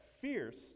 fierce